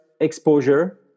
exposure